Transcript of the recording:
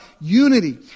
unity